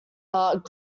heart